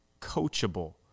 Coachable